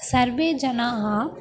सर्वे जनाः